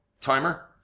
timer